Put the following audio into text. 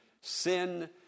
sin